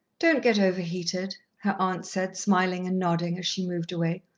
don't get over-heated, her aunt said, smiling and nodding as she moved away.